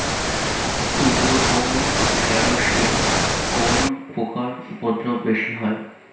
তুলো ও ঢেঁড়সে কোন পোকার উপদ্রব বেশি হয়?